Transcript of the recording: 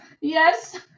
Yes